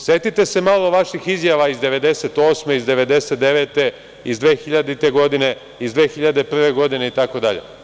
Setite se malo vaših izjava iz 1998. godine, iz 1999, iz 2000. godine, iz 2001. godine itd.